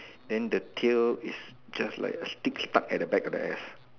then the tail is just like a stick stuck at the back of the ass